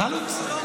חלוץ.